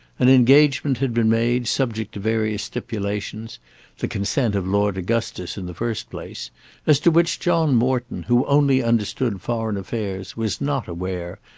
an engagement had been made, subject to various stipulations the consent of lord augustus in the first place as to which john morton who only understood foreign affairs was not aware,